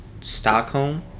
Stockholm